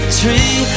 tree